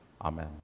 Amen